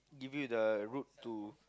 give you the route to